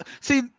see